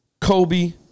Kobe